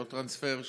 לא טרנספר,